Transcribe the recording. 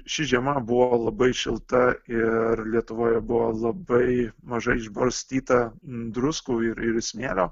ši žiema buvo labai šilta ir lietuvoje buvo labai mažai išbarstyta druskų ir ir smėlio